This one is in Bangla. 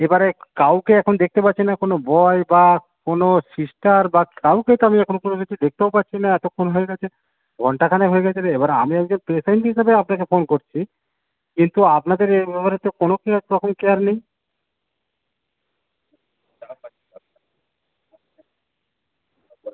এবারে কাউকে এখন দেখতে পাচ্ছি না কোনো বয় বা কোনো সিস্টার বা কাউকে তো আমি এখনও পর্যন্ত হচ্ছে দেখতেও পাচ্ছি না এতক্ষণ হয়ে গেছে ঘন্টা খানেক হয়ে গেছে রে এবার আমি একজন পেশেন্ট হিসাবে আপনাকে ফোন করছি কিন্তু আপনাদের এ ব্যাপারে তো কোনো কেউ রকমই কেয়ার নেই